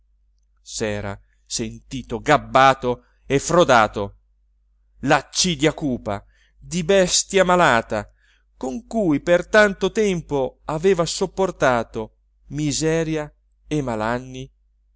s'era sentito gabbato e frodato l'accidia cupa di bestia malata con cui per tanto tempo aveva sopportato miseria e malanni